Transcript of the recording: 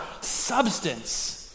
substance